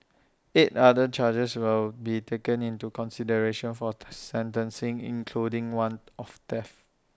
eight other charges will be taken into consideration for the sentencing including one of theft